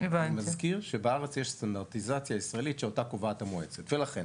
אני מזכיר שבארץ יש סטנדרטיזציה ישראלית שאותה קובעת המועצה ולכן